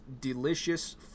delicious